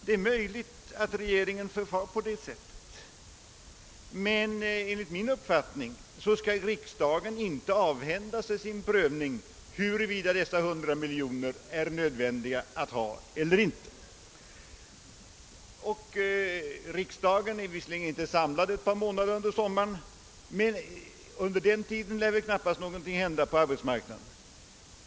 Det är möjligt att regeringen förfar på detta sätt, men enligt min uppfattning bör riksdagen inte avhända sig sin rätt att pröva huruvida dessa 100 miljoner bör användas eller inte. Riksdagen är visserligen inte samlad under ett par månader på sommaren, men under den tiden lär knappast så mycket hända på arbetsmarknaden.